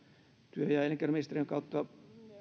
työ ja elinkeinoministeriön kautta